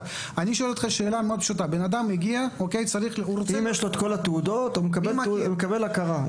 --- אם יש לו את כל התעודות הוא מקבל הכרה.